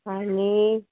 आनी